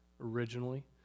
originally